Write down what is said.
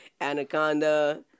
Anaconda